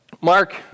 Mark